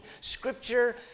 Scripture